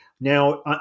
Now